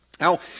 Now